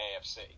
AFC